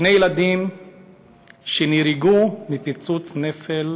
שני ילדים שנהרגו מפיצוץ נפל